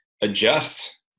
adjust